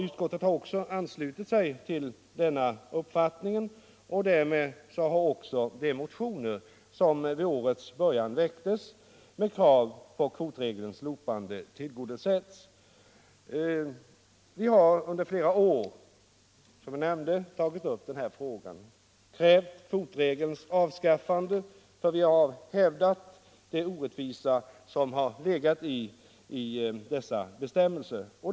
Utskottet har anslutit sig till denna uppfattning, och därmed har också de motioner som vid årets början väcktes med krav på kvotregelns slopande tillgodosetts. Vi har, som jag nämnde, tagit upp den här frågan under flera år. Vi har krävt kvotregelns avskaffande, och vi har framhållit den orättvisa som legat i dessa bestämmelser.